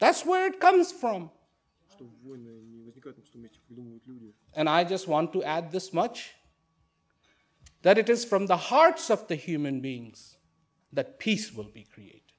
that's where it comes from and i just want to add this much that it is from the hearts of the human beings that peace will be create